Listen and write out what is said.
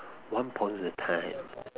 once upon the time